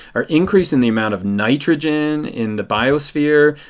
our increase in the amount of nitrogen in the biosphere.